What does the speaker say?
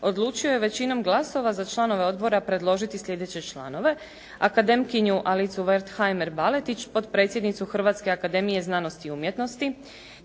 odlučio je većinom glasova za članove Odbora predložiti sljedeće članove, akademkinju Alicu Wertheimer-Baletić potpredsjednicu Hrvatske akademije znanosti i umjetnosti,